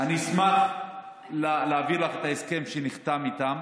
אני אשמח להעביר את ההסכם שנחתם איתם.